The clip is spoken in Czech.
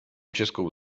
českou